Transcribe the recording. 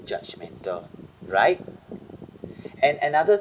judgemental right and another